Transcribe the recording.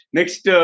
Next